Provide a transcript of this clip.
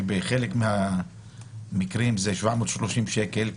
שבחלק מהמועצות זה קנס בגובה 730 שקל,